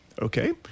Okay